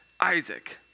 Isaac